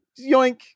Yoink